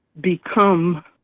become